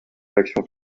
l’action